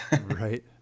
Right